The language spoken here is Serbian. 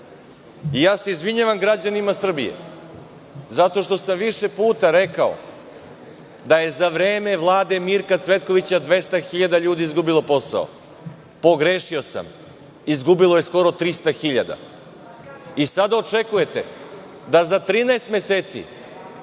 uspešna. Izvinjavam se građanima Srbije zato što sam više puta rekao da je za vreme Vlade Mirka Cvetkovića 200.000 ljudi izgubilo posao. Pogrešio sam. Izgubilo je skoro 300.000 i sada očekujete da za 13 meseci,